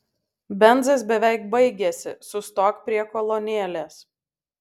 benzas beveik baigėsi sustok prie kolonėlės